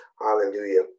hallelujah